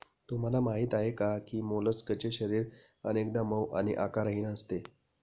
तुम्हाला माहीत आहे का की मोलस्कचे शरीर अनेकदा मऊ आणि आकारहीन असते